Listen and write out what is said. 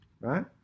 Right